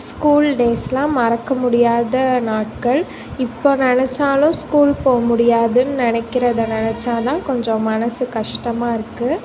school டேஸ்லாம் மறக்க முடியாத நாட்கள் இப்போ நினச்சாலும் ஸ்கூல் போகமுடியாதுன்னு நினைக்கிறத நினச்சா தான் கொஞ்சம் மனசு கஷ்டமாக இருக்குது